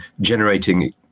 generating